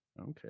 Okay